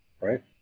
Right